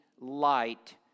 light